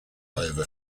over